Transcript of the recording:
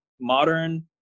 modern